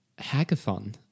hackathon